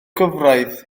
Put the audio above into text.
cyfraith